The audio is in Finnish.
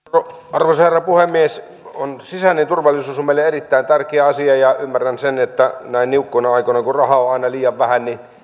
arvoisa herra puhemies sisäinen turvallisuus on meille erittäin tärkeä asia ja ymmärrän sen että näin niukkoina aikoina kun rahaa on aina liian vähän